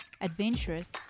adventurous